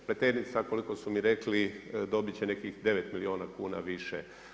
Pleternica koliko su mi rekli dobiti će nekih 9 milijuna kuna više.